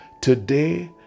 today